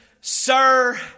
sir